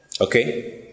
okay